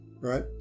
right